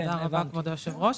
תודה רבה, כבוד היושב-ראש.